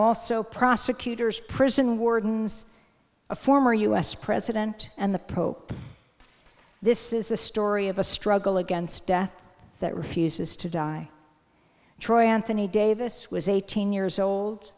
also prosecutors prison wardens a former u s president and the pope this is a story of a struggle against death that refuses to die troy anthony davis was eighteen years old